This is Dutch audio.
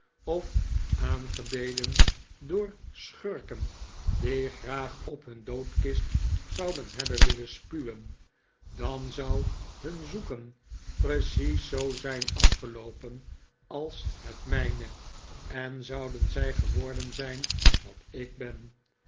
of aangebeden door schurken die graag op hun doodkist zouden hebben willen spuwen dan zou hun zoeken precies zoo zijn afgeloopen als het mijne en zouden zij geworden zijn wat ik ben